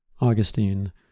Augustine